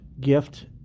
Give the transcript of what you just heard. gift